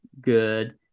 good